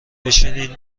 بشینین